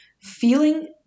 feeling